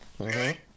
Okay